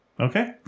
okay